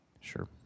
Sure